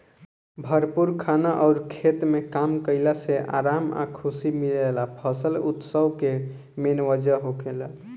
भरपूर खाना अउर खेत में काम कईला से आराम आ खुशी मिलेला फसल उत्सव के मेन वजह होखेला